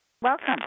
Welcome